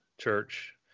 church